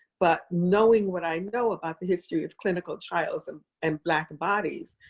but knowing what i know about the history of clinical trials um and black bodies,